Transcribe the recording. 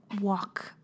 walk